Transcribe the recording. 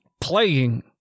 playing